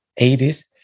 80s